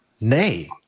Nay